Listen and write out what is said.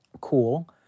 cool